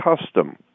custom